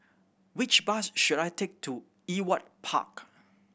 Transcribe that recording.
which bus should I take to Ewart Park